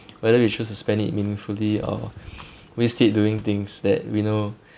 whether we choose to spend it meaningfully or waste it doing things that we know